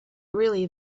really